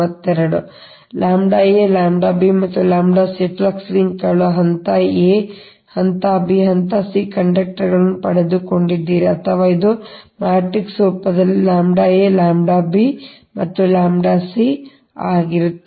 ಆದ್ದರಿಂದ ನೀವು ʎ a ʎ b ಮತ್ತು ʎ c ಈ ಫ್ಲಕ್ಸ್ ಲಿಂಕ್ಗಳನ್ನು ಹಂತ a ಹಂತ b ಹಂತ c ಕಂಡಕ್ಟರ್ಗಳನ್ನು ಪಡೆದುಕೊಂಡಿದ್ದೀರಿ ಅಥವಾ ಇದು ಮ್ಯಾಟ್ರಿಕ್ಸ್ ರೂಪದಲ್ಲಿ ʎ a ʎ b ಮತ್ತು ʎ c ಆಗಿರುತ್ತದೆ